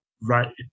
right